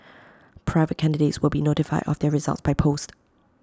private candidates will be notified of their results by post